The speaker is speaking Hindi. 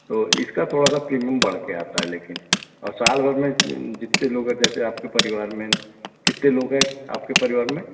तो इसका थोड़ा सा प्रीमियम बढ़ के आता है लेकिन और साल भर में जितने लोग है जैसे आपके परिवार में कितने लोग है आपके परिवार में